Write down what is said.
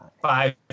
five